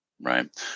right